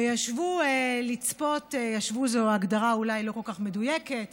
וישבו לצפות ישבו זו אולי הגדרה לא כל כך מדויקת